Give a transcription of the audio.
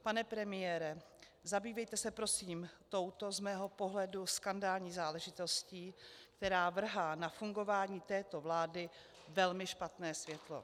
Pane premiére, zabývejte se prosím touto z mého pohledu skandální záležitostí, která vrhá na fungování této vlády velmi špatné světlo.